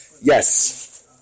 Yes